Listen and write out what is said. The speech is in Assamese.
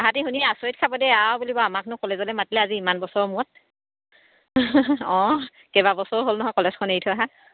সিহঁতি শুনি আচৰিত খাব দেই আৰু বুলিব আমাকনো কলেজলৈ মাতলে আজি ইমান বছৰৰ মূৰত অঁ কেইবা বছৰ হ'ল নহয় কলেজখন এৰি থৈ অহা